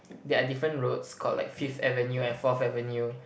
there are different roads called like Fifth Avenue and Fourth Avenue